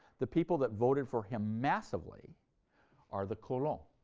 the people that voted for him massively are the colons,